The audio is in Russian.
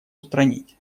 устранить